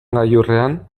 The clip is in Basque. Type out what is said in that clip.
gailurrean